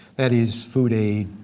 that is food aid,